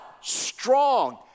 strong